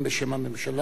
ואחרון,